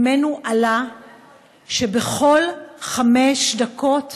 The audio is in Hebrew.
ועלה ממנו שכל חמש דקות